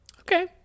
Okay